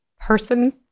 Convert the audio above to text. person